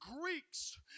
Greeks